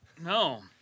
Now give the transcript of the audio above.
No